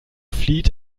flieht